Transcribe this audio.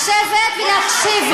לשבת ולהקשיב לי.